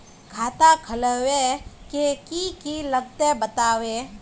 खाता खोलवे के की की लगते बतावे?